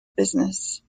business